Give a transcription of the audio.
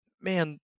man